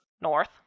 north